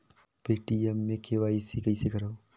Paytm मे KYC कइसे करव?